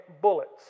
bullets